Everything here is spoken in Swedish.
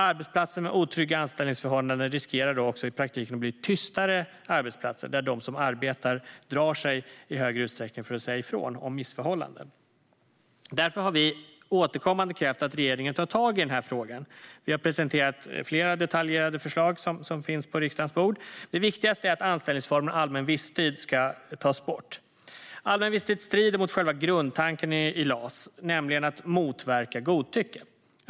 Arbetsplatser med otrygga anställningsförhållanden riskerar också att i praktiken bli tystare arbetsplatser, där de som arbetar i större utsträckning drar sig för att säga ifrån om missförhållanden. Därför har vi återkommande krävt att regeringen ska ta tag i den här frågan. Vi har presenterat flera detaljerade förslag som finns på riksdagens bord. Men det viktigaste är att anställningsformen allmän visstid ska tas bort. Allmän visstid strider mot själva grundtanken i LAS, nämligen att motverka godtycke.